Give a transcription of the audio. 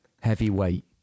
heavyweight